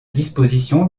disposition